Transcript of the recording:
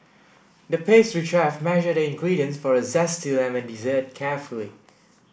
the pastry chef measured the ingredients for a zesty lemon dessert carefully